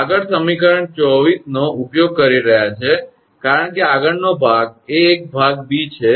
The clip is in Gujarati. આગળ સમીકરણ 24 નો ઉપયોગ કરી રહયા છે કારણ કે આગળનો ભાગ એ એક ભાગ b છે